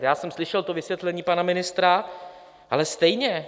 Já jsem slyšel vysvětlení pana ministra, ale stejně.